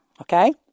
okay